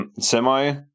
semi